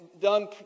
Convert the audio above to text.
done